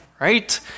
right